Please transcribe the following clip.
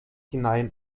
hinein